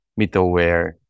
middleware